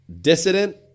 Dissident